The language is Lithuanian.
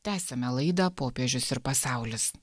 tęsiame laidą popiežius ir pasaulis